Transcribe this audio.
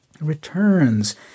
Returns